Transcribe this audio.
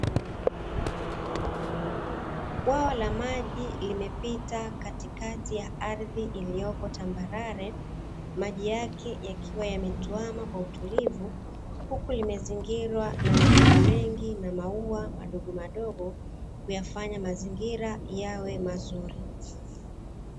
Bwawa la maji limepita katikati ya ardhi iliyoko tambarare, maji yake yakiwa yametuama kwa utulivu, huku limezingirwa na majani mengi na maua madogomadogo kuyafanya mazingira yawe mazuri.